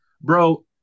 bro